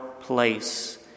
place